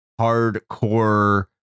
hardcore